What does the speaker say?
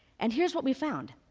and here's what we found.